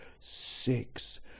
six